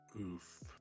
Oof